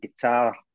guitar